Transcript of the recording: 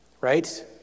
right